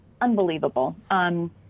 unbelievable